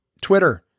Twitter